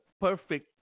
perfect